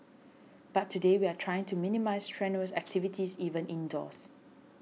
but today we are trying to minimise strenuous activities even indoors